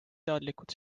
teadlikud